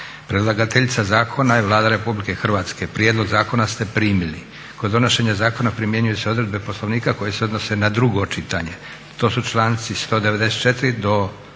Predlagateljica Zakona je Vlada Republike Hrvatske. Prijedlog Zakona ste primili. Kod donošenja Zakona primjenjuju se odredbe Poslovnika koje se odnose na drugo čitanje. To su članci 194. do